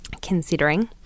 considering